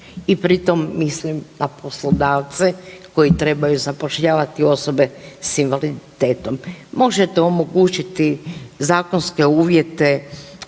i pri tom mislim na poslodavce koji trebaju zapošljavati osobe s invaliditetom. Možete omogućiti zakonske uvjete